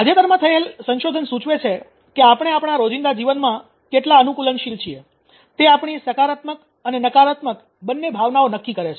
તાજેતરમાં થયેલ સંશોધન સૂચવે છે કે આપણે આપણા રોજિંદા જીવનમાં કેટલું અનુકૂલનશીલ છીએ તે આપણી સકારાત્મક અને નકારાત્મક બંને ભાવનાઓ નક્કી કરે છે